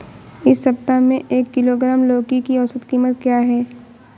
इस सप्ताह में एक किलोग्राम लौकी की औसत कीमत क्या है?